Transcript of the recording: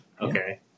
Okay